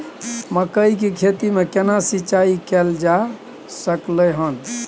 मकई की खेती में केना सिंचाई कैल जा सकलय हन?